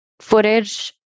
footage